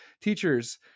teachers